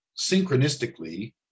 Synchronistically